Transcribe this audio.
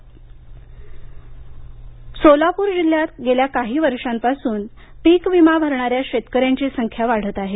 पीक वीमा सोलापूर सोलापूर जिल्ह्यात गेल्या काही वर्षापासून पीक विमा भरणाऱ्या शेतकऱ्यांची संख्या वाढत आहे